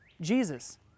Jesus